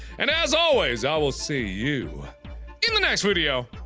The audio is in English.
and as always i will see you in the next video!